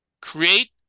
Create